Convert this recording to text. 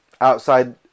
outside